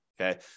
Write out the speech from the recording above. Okay